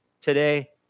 today